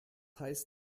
heißt